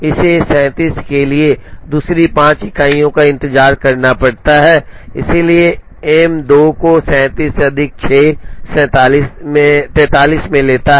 इसे 37 के लिए दूसरी 5 इकाइयों का इंतजार करना पड़ता है इसलिए M 2 को 37 से अधिक 6 43 में लेता है